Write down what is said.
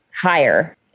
higher